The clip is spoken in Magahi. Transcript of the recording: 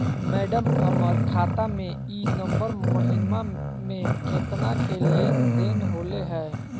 मैडम, हमर खाता में ई नवंबर महीनमा में केतना के लेन देन होले है